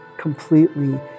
completely